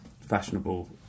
fashionable